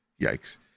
yikes